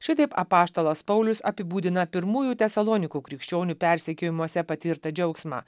šitaip apaštalas paulius apibūdina pirmųjų tesalonikų krikščionių persekiojimuose patirtą džiaugsmą